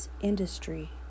industry